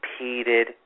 Repeated